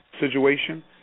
situation